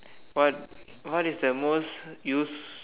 what what is the most use